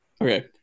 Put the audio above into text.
Okay